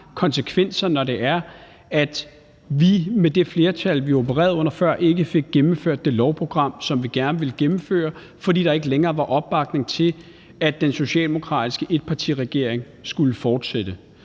konsekvenser, når vi med det flertal, vi opererede med før valget, ikke fik gennemført det lovprogram, som vi gerne ville gennemføre, fordi der ikke længere var opbakning til, at den socialdemokratiske etpartiregering skulle fortsætte.